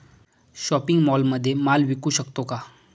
Shopping मॉलमध्ये माल विकू शकतो का?